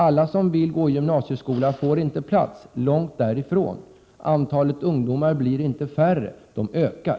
Alla som vill gå i gymnasieskolan får inte plats, långt därifrån. Antalet ungdomar blir inte mindre. Det ökar.